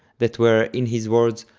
that were, in his words,